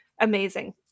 amazing